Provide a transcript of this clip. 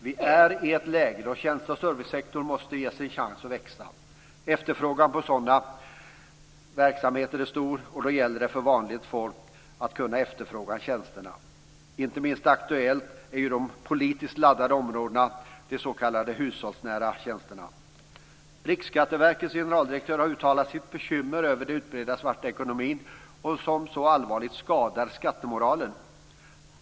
Vi är i ett läge då tjänste och servicesektorn måste ges en chans att växa. Efterfrågan på sådana verksamheter är stor, och då gäller det för vanligt folk att kunna efterfråga tjänsterna. Inte minst aktuellt är ett politiskt laddat område - de s.k. hushållsnära tjänsterna. Riksskatteverkets generaldirektör har uttalat sitt bekymmer över den utbredda svarta ekonomin som så allvarligt skadar skattemoralen.